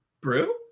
Brew